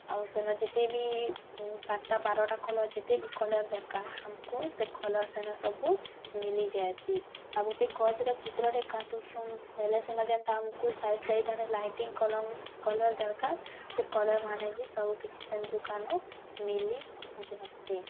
ଆଉ ସେନ ଯେତେ ବି ମୁଁ ସାତଟା ବାରଟା କଲର୍ ଯେତେ ବି କଲର୍ ଦରକାର ଆମକୁ ସେ କଲର୍ ସାଙ୍ଗେ ସବୁ ମିଲିଯାଏସି ଆଉ ଗୋଟେ ଗଛ୍ର ଚିତ୍ରଟେ କାଟୁଛୁ ବୋଲେ ସେ ନା ଯାନ୍ତା ତାଙ୍କୁ ସାଇଡ଼୍ ସାଇଡ଼୍ଟାରେ ଲାଇଟିଙ୍ଗ କରାଉ କଲର୍ ଦରକାର ସେ କଲର୍ ମାନେ ବି ସବୁ କିଛି ଦୋକାନେ ମିଲିଯାଏସି